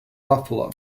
buffalo